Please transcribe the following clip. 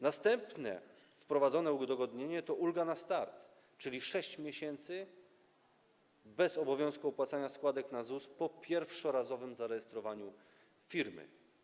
Następne wprowadzone udogodnienie to ulga na start, czyli chodzi 6 miesięcy bez obowiązku opłacania składek na ZUS po pierwszorazowym zarejestrowaniu firmy.